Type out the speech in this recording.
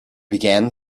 began